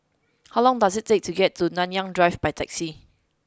how long does it take to get to Nanyang Drive by taxi